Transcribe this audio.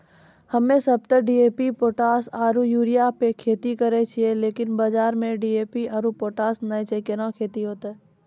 हम्मे सब ते डी.ए.पी पोटास आरु यूरिया पे खेती करे रहियै लेकिन बाजार मे डी.ए.पी आरु पोटास नैय छैय कैना खेती होते?